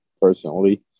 personally